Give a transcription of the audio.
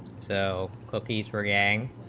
so cookies for yang,